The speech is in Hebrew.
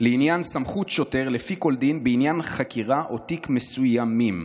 לעניין סמכות שוטר לפי כל דין בעניין חקירה או תיק מסוימים".